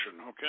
okay